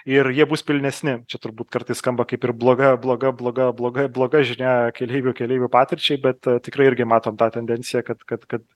ir jie bus pilnesni čia turbūt kartais skamba kaip ir bloga bloga bloga bloga bloga žinia keleivių keleivių patirčiai bet a tikrai irgi matom tą tendenciją kad kad kad